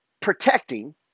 protecting